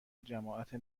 جماعت